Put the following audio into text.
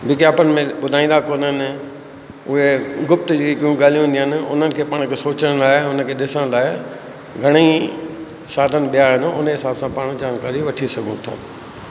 विज्ञापन में ॿुधाईंदा कोन आहिनि उहे गुप्त जी हिकिड़ियूं ॻाल्हियूं हूंदियूं आहिनि उन्हनि खे पाण खे सोचण लाइ उनखे ॾिसण लाइ घणेई साधन ॿिया आहिनि उन हिसाब सां पाण जानकारी वठी सघूं था